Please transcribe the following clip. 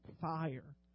fire